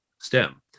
STEM